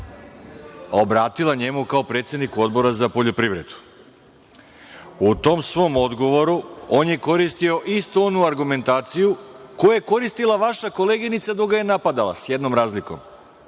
obratila njemu kao predsedniku Odbora za poljoprivredu. U tom svom odgovoru on je koristio istu onu argumentaciju koju je koristila vaša koleginica dok ga je napadala s jednom razlikom,